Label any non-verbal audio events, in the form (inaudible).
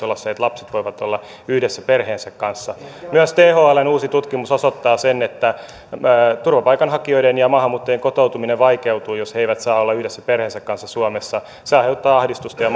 (unintelligible) olla se että lapset voivat olla yhdessä perheensä kanssa myös thln uusi tutkimus osoittaa sen että turvapaikanhakijoiden ja maahanmuuttajien kotoutuminen vaikeutuu jos he eivät saa olla yhdessä perheensä kanssa suomessa se aiheuttaa ahdistusta ja (unintelligible)